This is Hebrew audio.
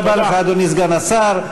תודה רבה לך, אדוני סגן השר.